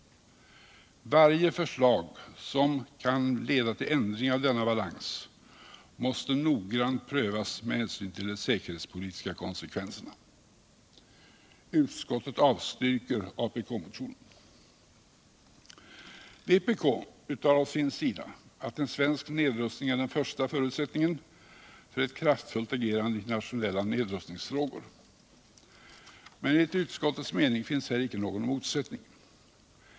Varje förslag som kan leda till ändring av denna balans måste noggrant prövas med hinsyn till de säkerhotspolitiska konsekvenserna. Utskottet avstyrker apk-motionen. Vpk uttalar å sin sida att en svensk nedrustning är den första förutsättningen för ett kraftfullt agerande i internationetla nedrustningsfrågor. Men enligt utskottets mening finns här icke någon motsättning.